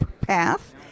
path